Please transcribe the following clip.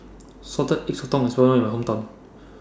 Salted Egg Sotong IS Well known in My Hometown